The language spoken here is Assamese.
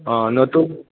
অঁ নতুন